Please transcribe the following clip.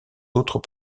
autres